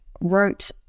wrote